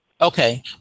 okay